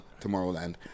Tomorrowland